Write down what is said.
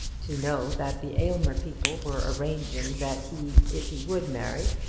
to know that the aylmer people were arranging that he, if he would marry